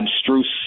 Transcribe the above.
abstruse